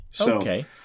Okay